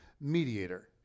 mediator